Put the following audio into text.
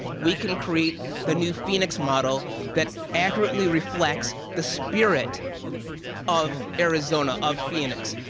we can create the new phoenix model that accurately reflects the spirit of arizona, of phoenix,